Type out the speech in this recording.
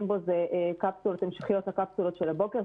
בו הוא קפסולות המשכיות לקפסולות של הבוקר.